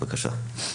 גברתי, בבקשה.